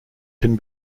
can